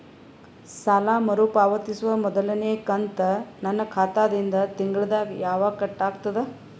ಸಾಲಾ ಮರು ಪಾವತಿಸುವ ಮೊದಲನೇ ಕಂತ ನನ್ನ ಖಾತಾ ದಿಂದ ತಿಂಗಳದಾಗ ಯವಾಗ ಕಟ್ ಆಗತದ?